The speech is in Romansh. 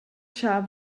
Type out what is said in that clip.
schar